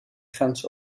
grens